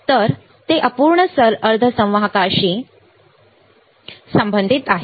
तर ते अपूर्ण अर्धसंवाहकाशी संबंधित आहे